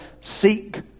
seek